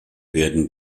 werden